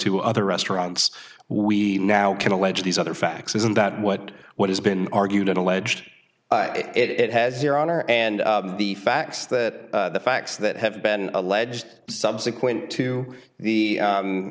to other restaurants we now can allege these other facts isn't that what what has been argued alleged it has your honor and the facts that the facts that have been alleged subsequent to the